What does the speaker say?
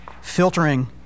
filtering